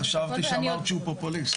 חשבתי שאמרת שהוא פופוליסט.